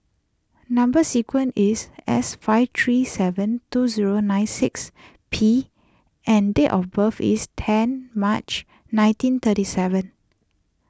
Number Sequence is S five three seven two zero nine six P and date of birth is ten March nineteen thirty seven